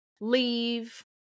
leave